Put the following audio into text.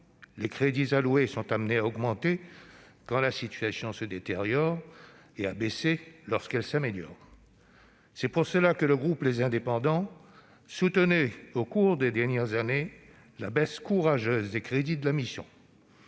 les crédits alloués sont appelés à augmenter quand la situation se détériore et à diminuer lorsqu'elle s'améliore. C'est pour cela que le groupe Les Indépendants a soutenu au cours des dernières années la baisse courageuse des crédits de la mission.